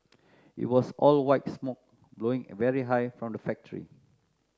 it was all white smoke blowing very high from the factory